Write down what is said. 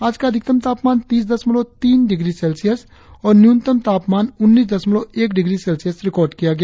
आज का अधिकतम तापमान तीस दशमलव तीन डिग्री सेल्सियस और न्यूनतम तापमान उन्नीस दशमलव एक डिग्री सेल्सियस रिकार्ड किया गया